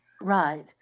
Right